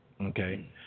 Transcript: Okay